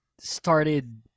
started